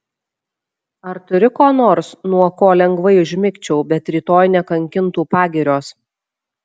ar turi ko nors nuo ko lengvai užmigčiau bet rytoj nekankintų pagirios